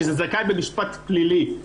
שזכאים במשפט פלילי,